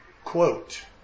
Quote